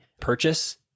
purchase